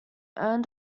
earned